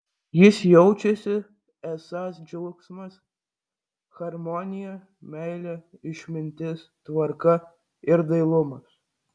jis jaučiasi esąs džiaugsmas harmonija meilė išmintis tvarka ir dailumas